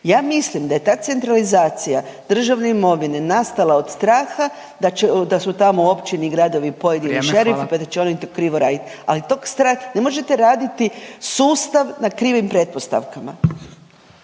Ja mislim da je ta centralizacija državne imovine nastala od straha da su tamo u općini i gradovi pojedini šerifi …/Upadica Radin: Vrijeme. Hvala./… pa da će oni krivo raditi. Ali tog strah, ne možete raditi sustav na krivim pretpostavkama.